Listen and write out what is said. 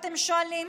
אתם שואלים?